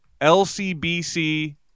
LCBC